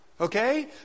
Okay